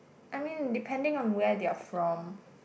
I mean depending on where they are from